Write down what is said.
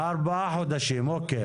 4 חודשים, אוקי.